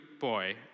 boy